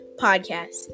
podcast